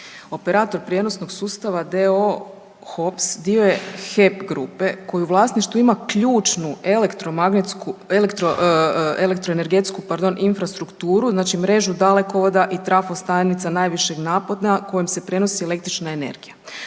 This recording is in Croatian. operator prijenosnog sustava d.o.o. (HOPS) dio je HEP grupe koji u vlasništvu ima ključnu, elektroenergetsku infrastrukturu znači mrežu dalekovoda i trafostanica najvišeg napona kojim se prenosi električna energija.